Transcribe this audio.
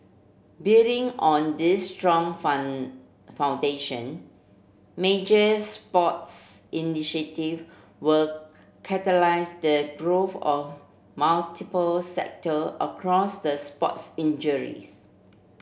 building on this strong foundation major sports initiative will catalyse the growth of multiple sector across the sports